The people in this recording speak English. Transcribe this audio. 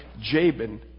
Jabin